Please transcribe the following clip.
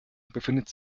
befindet